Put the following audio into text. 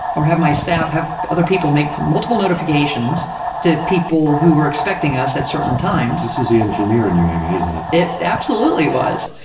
or have my staff have other people make, multiple notifications to people who were expecting us at certain times. this is the engineer in you, amy, isn't it? it absolutely was.